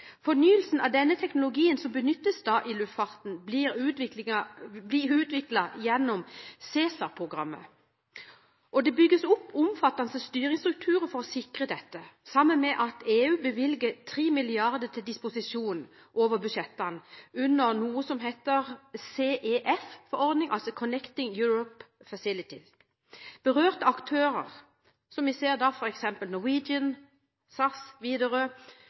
Fornyelsen av teknologien som benyttes i luftfarten, blir utviklet gjennom SESAR-programmet. Det bygges opp omfattende styringsstrukturer for å sikre dette, sammen med at EU bevilger 3 mrd. euro – til disposisjon over budsjettene under noe som heter CEF-forordning, altså Connecting Europe Facility. Berørte aktører som vi da ser, f.eks. Norwegian, SAS og Widerøe,